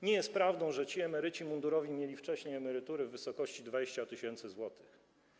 Nie jest prawdą, że ci emeryci mundurowi mieli wcześniej emerytury w wysokości 20 tys. zł.